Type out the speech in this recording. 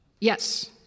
Yes